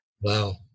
Wow